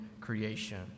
creation